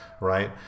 right